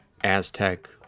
Aztec